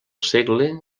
segle